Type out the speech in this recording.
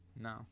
No